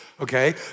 okay